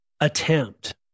attempt